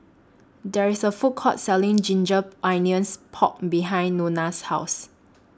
There IS A Food Court Selling Ginger Onions Pork behind Nona's House